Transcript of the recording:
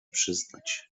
przyznać